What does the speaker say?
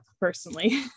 personally